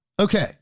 Okay